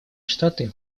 штаты